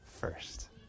first